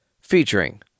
Featuring